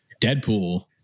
Deadpool